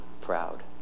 proud